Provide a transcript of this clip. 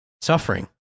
Suffering